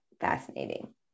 fascinating